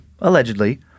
allegedly